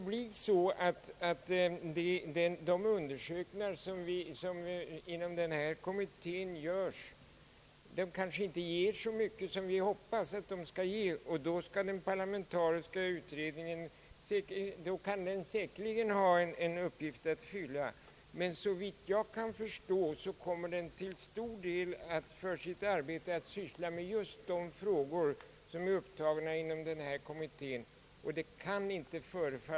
Om de undersökningar som görs inom KAIK inte ger så mycket som vi hoppas att de skall ge, då kan en ny parlamentarisk utredning säkerligen ha en uppgift att fylla. Såvitt jag kan förstå skulle den, om den tillsattes nu, till stor del i sitt arbete komma att syssla med just de frågor som redan behandlas av KAIK. Det kan inte vara riktigt att två kommittéer samtidigt skall bearbeta samma material.